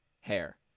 hair